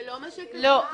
זה לא מה שכתוב בנוסח.